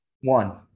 One